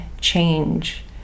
change